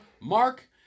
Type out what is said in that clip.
Mark